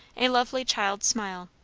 a lovely child's smile.